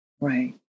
Right